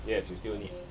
yes you still need